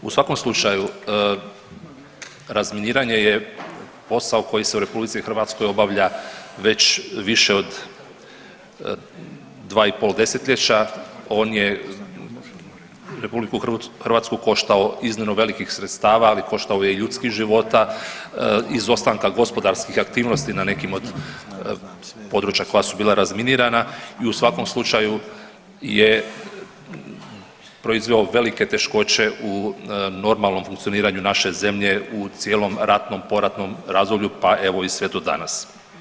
U svakom slučaju razminiranje je posao koji se u RH obavlja već više od dva i pol desetljeća, on je RH koštao iznimno velikih sredstava, ali koštao je i ljudskih života, izostanka gospodarskih aktivnosti na nekim od područja koja su bila razminirana i u svakom slučaju je proizveo velike teškoće u normalnom funkcioniranje naše zemlje u cijelom ratnom, poratnom razdoblju pa evo i sve do danas.